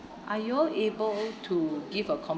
are you all able to give a com~